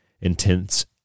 intense